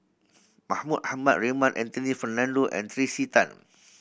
Mahmud Ahmad Raymond Anthony Fernando and Tracey Tan